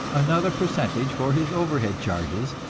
another percentage for his overhead charges,